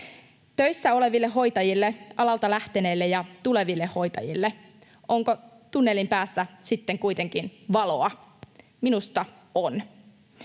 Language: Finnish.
Töissä oleville hoitajille, alalta lähteneille ja tuleville hoitajille: Onko tunnelin päässä sitten kuitenkin valoa? Minusta on.